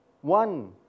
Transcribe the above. one